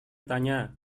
tanya